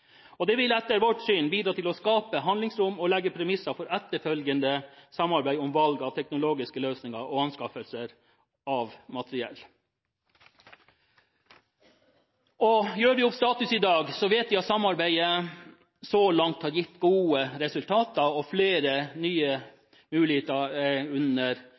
Det vil etter vårt syn bidra til å skape handlingsrom og legge premisser for etterfølgende samarbeid om valg av teknologiske løsninger og anskaffelser av materiell. Gjør vi opp status i dag, vet vi at samarbeidet så langt har gitt gode resultater, og flere nye muligheter er under